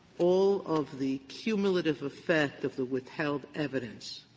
all of the cumulative effect of the withheld evidence